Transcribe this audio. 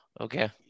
Okay